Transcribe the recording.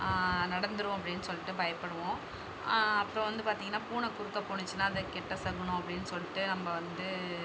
நடந்துடும் அப்படின்னு சொல்லிட்டு பயப்படுவோம் அப்புறம் வந்து பார்த்தீங்கன்னா பூனை குறுக்க போனுச்சுனா அது கெட்ட சகுனம் அப்படின்னு சொல்லிட்டு நம்ம வந்து